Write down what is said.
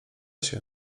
się